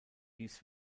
dies